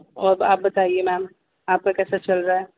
اور آپ بتائیے میم آپ کا کیسا چل رہا ہے